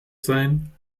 sein